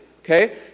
Okay